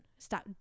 stop